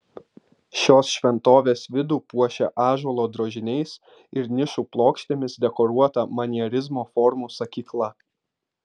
šios šventovės vidų puošia ąžuolo drožiniais ir nišų plokštėmis dekoruota manierizmo formų sakykla